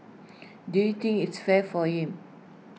do you think its fair for him